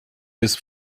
his